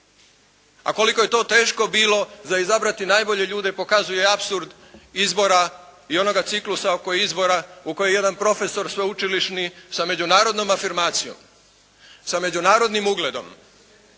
A koliko je to teško bilo za izabrati najbolje ljude pokazuje apsurd izbora i onoga ciklusa oko izbora u koji jedan profesor sveučilišni sa međunarodnom afirmacijom, sa međunarodnim ugledom